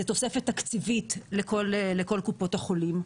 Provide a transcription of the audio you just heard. זו תוספת תקציבית לכל קופות החולים.